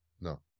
No